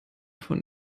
von